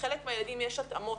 לחלק מהילדים יש התאמות.